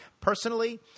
personally